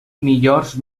millors